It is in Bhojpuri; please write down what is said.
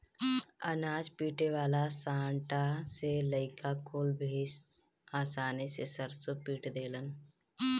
अनाज पीटे वाला सांटा से लईका कुल भी आसानी से सरसों पीट देलन